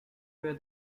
where